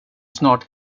snart